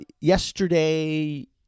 yesterday